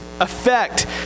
effect